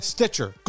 Stitcher